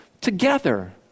together